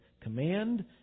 command